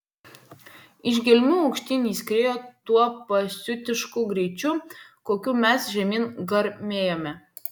iš gelmių aukštyn jis skriejo tuo pasiutišku greičiu kokiu mes žemyn garmėjome